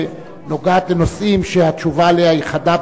נוגעת לנושאים שהתשובה עליהם היא חדה,